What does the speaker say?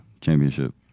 championship